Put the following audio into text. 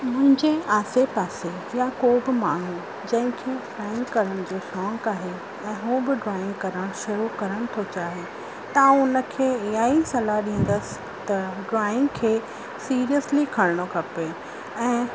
मुंहिंजे आसे पासे जा को बि माण्हू जंहिंखे ड्रॉइंग करण जो शौक़ु आहे त हू बि ड्रॉइंग करण शुरू करणु थो चाहे त हुनखे इहा ई सलाह ॾींदसि त ड्रॉइंग खे सीरिअसली खणिणो खपे ऐं